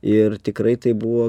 ir tikrai tai buvo